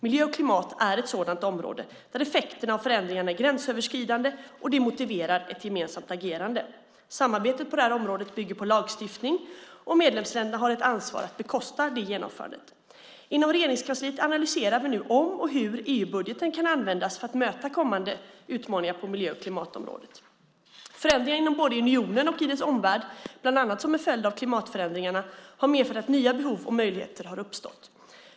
Miljö och klimat är ett sådant område, där effekterna av förändringarna är gränsöverskridande, och det motiverar ett gemensamt agerande. Samarbetet på det här området bygger på lagstiftning, och medlemsländerna har ett ansvar för att bekosta genomförandet. Inom Regeringskansliet analyserar vi nu om och hur EU-budgeten kan användas för att möta kommande utmaningar på miljö och klimatområdet. Förändringar både inom unionen och i dess omvärld, bland annat som en följd av klimatförändringarna, har medfört att nya behov och möjligheter har uppstått.